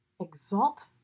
exalt